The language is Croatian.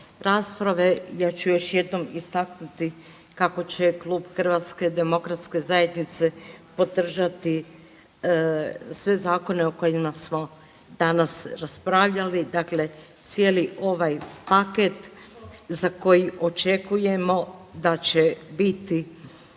ja ću još jednom istaknuti kako će Klub HDZ-a podržati sve zakone o kojima smo danas raspravljali. Dakle, cijeli ovaj paket za koji očekujemo da će biti,